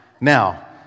Now